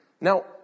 Now